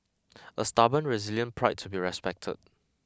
a stubborn resilient pride to be respected